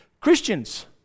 Christians